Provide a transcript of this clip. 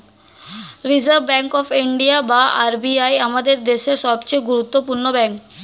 reserve Bank of India বা RBI আমাদের দেশের সবচেয়ে গুরুত্বপূর্ণ ব্যাঙ্ক